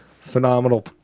Phenomenal